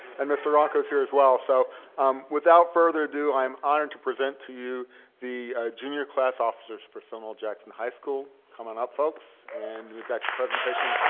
and mr. rocko is here as well, so um without further ado i am honored to present to you the junior class officers for stonewall jackson high school, come on up folks. and we've got the presentation